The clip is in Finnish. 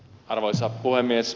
arvoisa puhemies